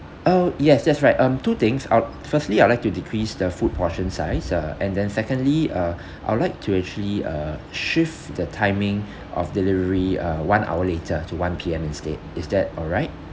oh yes that's right um two things uh firstly I'd like to decrease the food portion size uh and then secondly uh I would like to actually uh shift the timing of delivery uh one hour later to one P_M instead is that alright